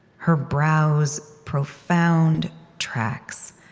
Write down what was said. her brow's profound tracks,